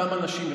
אותם אנשים,